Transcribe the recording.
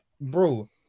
Bro